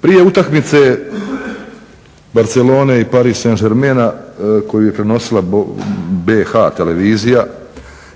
Prije utakmice Barcelone i Paris Saint Germaina koju je prenosila BiH televizija